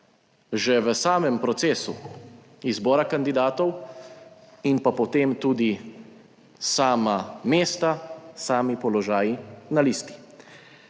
Že v samem procesu izbora kandidatov in pa potem tudi sama mesta, sami položaji na listi.